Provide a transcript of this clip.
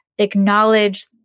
acknowledge